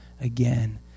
again